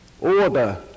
order